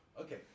Okay